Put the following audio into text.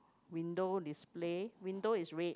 window display window is red